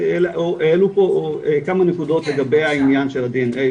העלו פה כמה נקודות לגבי העניין של הדנ”א.